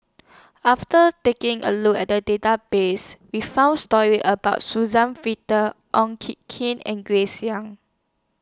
after taking A Look At The Database We found stories about Suzann Victor Oon Kee Kin and Grace Young